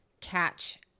catch